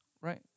right